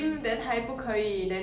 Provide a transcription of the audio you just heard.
ya more worth lor